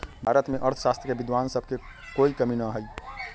भारत में अर्थशास्त्र के विद्वान सब के कोई कमी न हई